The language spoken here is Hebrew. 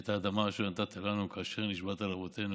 ואת האדמה אשר נתתה לנו כאשר נשבעת לאבתינו